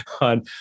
on